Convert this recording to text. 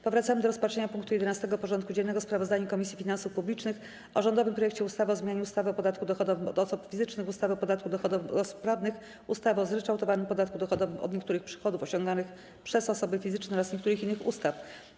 Powracamy do rozpatrzenia punktu 11. porządku dziennego: Sprawozdanie Komisji Finansów Publicznych o rządowym projekcie ustawy o zmianie ustawy o podatku dochodowym od osób fizycznych, ustawy o podatku dochodowym od osób prawnych, ustawy o zryczałtowanym podatku dochodowym od niektórych przychodów osiąganych przez osoby fizyczne oraz niektórych innych ustaw.